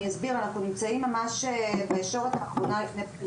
אנחנו נמצאים ממש בישורת האחרונה לפני בחירות.